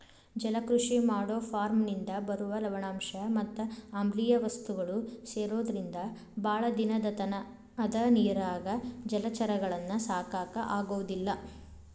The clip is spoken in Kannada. ಜಲಕೃಷಿ ಮಾಡೋ ಫಾರ್ಮನಿಂದ ಬರುವ ಲವಣಾಂಶ ಮತ್ ಆಮ್ಲಿಯ ವಸ್ತುಗಳು ಸೇರೊದ್ರಿಂದ ಬಾಳ ದಿನದತನ ಅದ ನೇರಾಗ ಜಲಚರಗಳನ್ನ ಸಾಕಾಕ ಆಗೋದಿಲ್ಲ